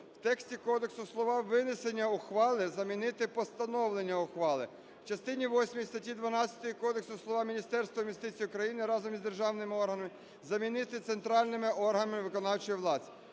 В тексті кодексу слова "винесення ухвали" замінити "постановлення ухвали". В частині восьмій статті 12 кодексу слова "Міністерством юстиції України разом із державними органами" замінити "центральними органами виконавчої влади".